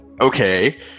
okay